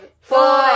four